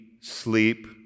sleep